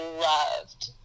loved